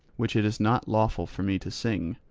which it is not lawful for me to sing.